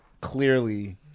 clearly